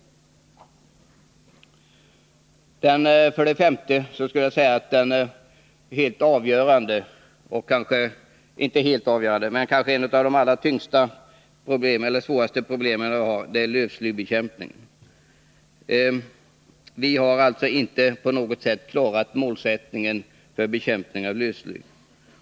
För det femte är lövslybekämpningen ett av de allra svåraste problem som vi har att brottas med. Vi har inte på något sätt klarat målsättningen för bekämpningen av lövsly.